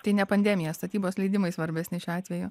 tai ne pandemija statybos leidimai svarbesni šiuo atveju